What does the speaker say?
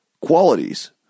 qualities